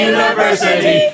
University